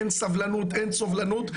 אין סבלנות אין סובלנות,